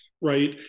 right